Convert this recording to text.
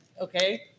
Okay